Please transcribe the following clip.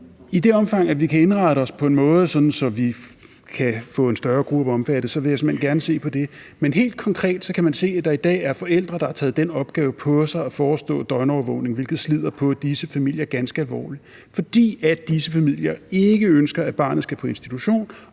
I det omfang, vi kan indrette os på en måde, så vi kan få en større gruppe omfattet, så vil jeg såmænd gerne se på det. Men helt konkret kan man se, at der i dag er forældre, der har taget den opgave på sig at forestå døgnovervågning, hvilket slider ganske alvorligt på disse familier, fordi disse familier ikke ønsker, at barnet skal på institution,